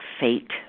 fate